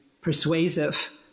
persuasive